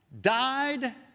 died